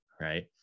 right